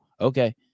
Okay